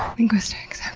linguistics,